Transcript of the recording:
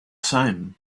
same